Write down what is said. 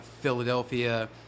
Philadelphia